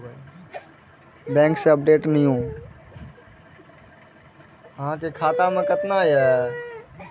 banking धोखाधड़ी कोनो bank खाता सं अवैध रूप सं धन चोराबै अथवा निकाले के प्रयास होइ छै